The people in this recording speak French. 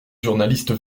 journalistes